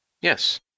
Yes